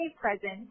present